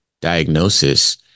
diagnosis